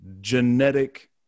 genetic